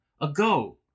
ago